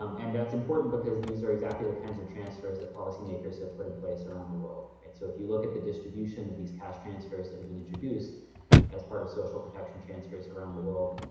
um and that's important because these are exactly the kinds of transfers that policy makers have put in place around the world, right? so if you look at the distribution of these cash transfers that have been introduced as part of social protection transfers around the world,